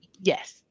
yes